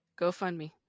GoFundMe